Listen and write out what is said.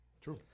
True